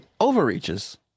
overreaches